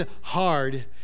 hard